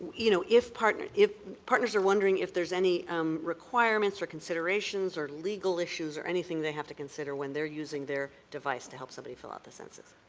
you know if partners if partners are wondering if there's any um requirements or considerations or legal issues or anything they have to consider when they're using their device to help somebody fill out the census.